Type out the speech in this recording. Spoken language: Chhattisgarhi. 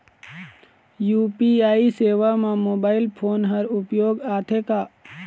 यू.पी.आई सेवा म मोबाइल फोन हर उपयोग आथे का?